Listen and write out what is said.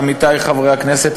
עמיתי חברי הכנסת,